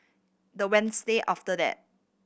the Wednesday after that